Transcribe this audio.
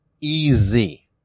easy